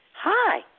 Hi